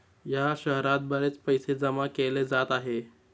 या शहरात बरेच पैसे जमा केले जात आहे